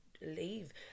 leave